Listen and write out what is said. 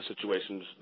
situations